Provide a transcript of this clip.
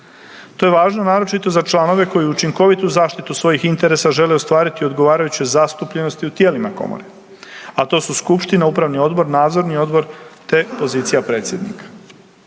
To je važno naročito za članove koji učinkovitu zaštitu svojih interesa žele ostvariti odgovarajućoj zastupljenosti u tijelima komore, a to su skupština, upravni odbor, nadzorni odbor te pozicija predsjednika.